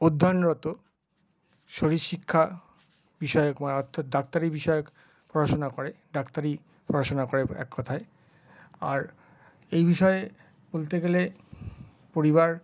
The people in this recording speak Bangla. অধ্যয়নরত শরীর শিক্ষা বিষয়ে ডাক্তারি বিষয়ে পড়াশোনা করে ডাক্তারি পড়াশোনা করে এক কথায় আর এই বিষয়ে বলতে গেলে পরিবার